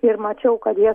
ir mačiau kad jie